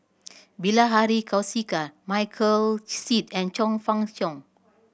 Bilahari Kausikan Michael Seet and Chong Fah Cheong